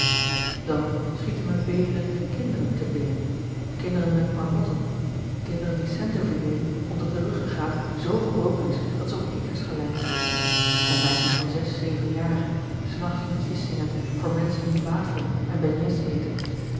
dan schieten me beedlende kindren te binnen kinderen met marmotten kinderen die centen verdienen omdat d'r ruggegraat z gebroken is dat ze op kikkers gelijken en meisjes van zes zeven jaar s nachts liedjes zingend voor menschen die wafelen en beignets eten